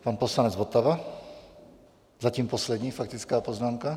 Pan poslanec Votava, zatím poslední faktická poznámka.